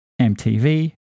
MTV